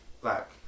black